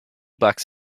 bucks